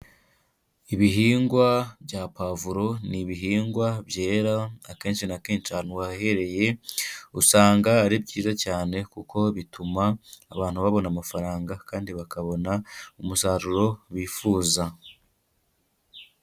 Ibihingwa bya pavuro ni ibihingwa byera akenshi na kenshi ahantu wahereye, usanga ari byiza cyane kuko bituma abantu babona amafaranga kandi bakabona umusaruro bifuza.